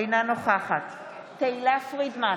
אינה נוכחת תהלה פרידמן,